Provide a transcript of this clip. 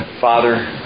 Father